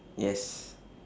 yes